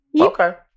Okay